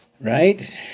Right